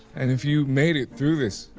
and if you made it through this.